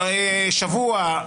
שבוע,